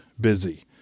busy